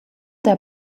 der